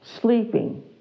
sleeping